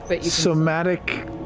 somatic